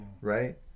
right